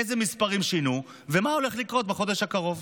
איזה מספרים שינו ומה הולך לקרות בחודש הקרוב.